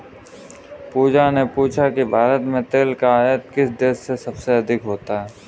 पूजा ने पूछा कि भारत में तेल का आयात किस देश से सबसे अधिक होता है?